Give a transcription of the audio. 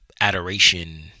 adoration